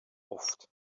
oft